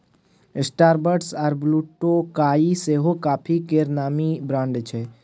Starbucks आ ब्लुटोकाइ सेहो coffee केर नामी ब्रांड छै